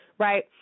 Right